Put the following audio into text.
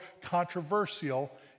controversial